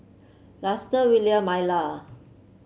Luster Willia Myla